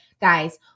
guys